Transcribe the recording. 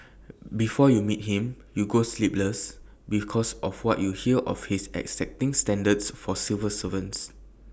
before you meet him you go sleepless because of what you hear of his exacting standards for civil servants